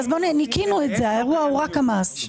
לא בטוח שזהו רק המס.